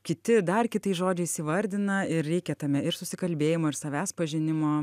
kiti dar kitais žodžiais įvardina ir reikia tame ir susikalbėjimo ir savęs pažinimo